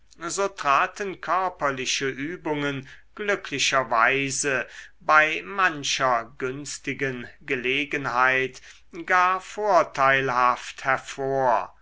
so traten körperliche übungen glücklicherweise bei mancher günstigen gelegenheit gar vorteilhaft hervor